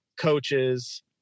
coaches